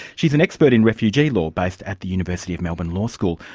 she's an expert in refugee law, based at the university of melbourne law school.